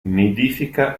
nidifica